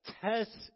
test